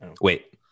Wait